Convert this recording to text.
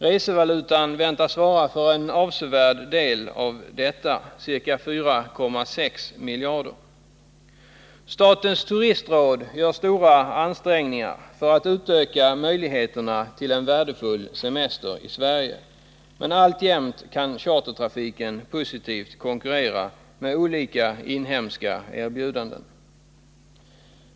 Resevalutan väntas svara för en avsevärd andel av detta, ca 4,6 miljarder kronor. Statens turistråd gör stora och värdefulla ansträngningar för att utöka möjligheterna att locka folk att tillbringa sin semester i Sverige, men alltjämt kan chartertrafiken framgångsrikt konkurrera med olika inhemska erbjudanden.